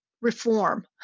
reform